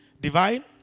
Divine